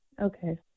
Okay